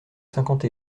cinquante